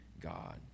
God